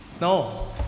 no